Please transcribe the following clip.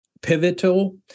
pivotal